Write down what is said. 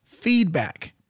feedback